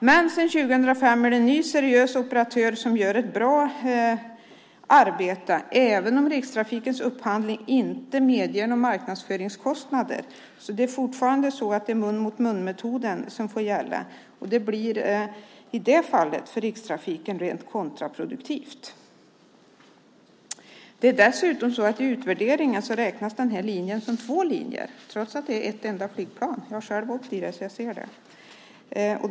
Men sedan 2005 har man en ny seriös operatör som gör ett bra arbete, även om Rikstrafikens upphandling inte medger några marknadsföringskostnader. Det är fortfarande mun-mot-mun-metoden som får gälla. Det blir i det fallet för Rikstrafiken rent kontraproduktivt. Det är dessutom så att linjen i utvärderingar räknas som två linjer, trots att det är ett enda flygplan. Jag har själv åkt i det, så jag vet.